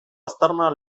aztarna